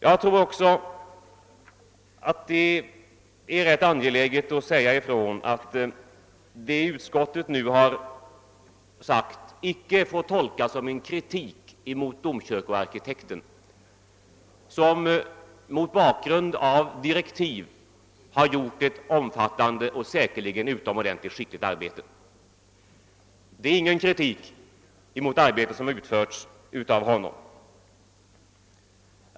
Jag tror också det är angeläget att säga ifrån att vad utskottet nu uttalat inte får tolkas som kritik mot domkyrkoarkitekten, som mot bakgrund av sina direktiv gjort ett omfattande och säkerligen utomordentligt skickligt arbete. Vad vi säger är ingen kritik mot det arbete han utfört.